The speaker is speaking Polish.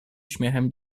śmiechem